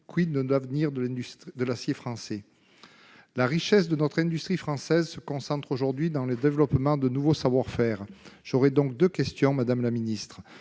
: de l'avenir de l'acier français ? La richesse de notre industrie française se concentre aujourd'hui dans le développement de nouveaux savoir-faire. J'ai donc deux questions. La technologie